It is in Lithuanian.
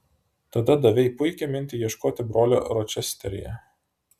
tada davei puikią mintį ieškoti brolio ročesteryje